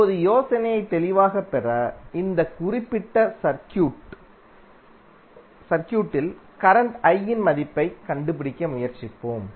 இப்போது யோசனையை தெளிவாகப் பெற இந்த குறிப்பிட்ட சர்க்யூட்டில் கரண்ட் I இன் மதிப்பை க் கண்டுபிடிக்க முயற்சிப்போம்